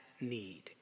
need